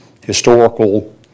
historical